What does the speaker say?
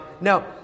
Now